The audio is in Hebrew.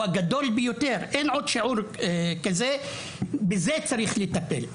אין עוד שיעור כזה ובזה צריך לטפל.